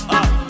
up